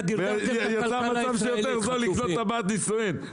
יצא מצב שיותר זול לקנות טבעת נישואין,